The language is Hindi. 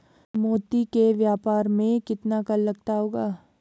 मोती के व्यापार में कितना कर लगता होगा?